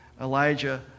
Elijah